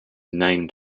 named